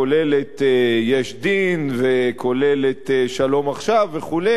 כולל את "יש דין" וכולל את "שלום עכשיו" וכו',